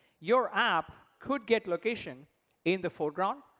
your app could get location in the foreground,